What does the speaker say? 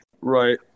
Right